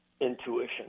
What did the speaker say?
intuition